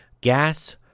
gas